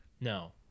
No